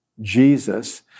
Jesus